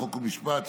חוק ומשפט,